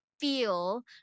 feel